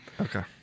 Okay